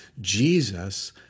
Jesus